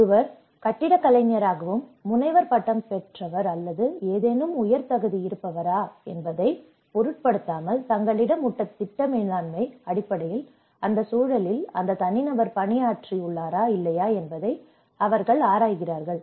ஒருவர் கட்டிடக் கலைஞராகவும் முனைவர் பட்டம் பெற்றவர் அல்லது ஏதேனும் உயர் தகுதி இருப்பவரா என்பதைப் பொருட்படுத்தாமல் தங்களிடம் உள்ள திட்ட மேலாண்மை அடிப்படையில் அந்தச் சூழலில் அந்த தனிநபர் பணியாற்றி உள்ளாரா இல்லையா என்பதை அவர்கள் ஆராய்கிறார்கள்